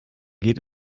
geht